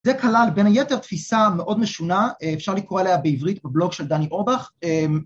זה כלל בין היתר תפיסה מאוד משונה, אפשר לקרוא אליה בעברית בבלוג של דני אורבך.